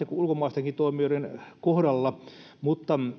kotimaisten kuin ulkomaistenkin toimijoiden kohdalla mutta